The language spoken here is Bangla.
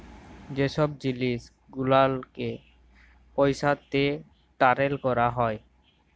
যে ছব জিলিস গুলালকে পইসাতে টারেল ক্যরা হ্যয়